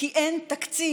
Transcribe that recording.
כי אין תקציב.